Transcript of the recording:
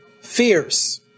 fierce